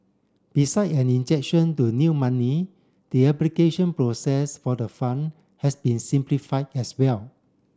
beside an injection to new money the application process for the fund has been simplified as well